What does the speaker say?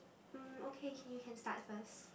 mm okay okay you can start first